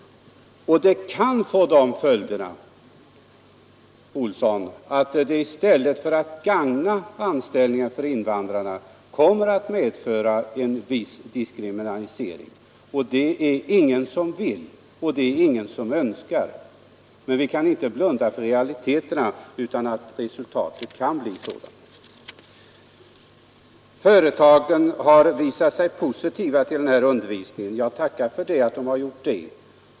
Det kan bli de följderna, herr Olsson, att detta i stället för att gagna invandrarna kommer att medföra en viss diskriminering, och det önskar ingen. Men vi kan inte blunda för realiteterna, och resultatet kan bli sådant. Företagen har visat sig positiva till den här undervisningen. Ja, tacka för det.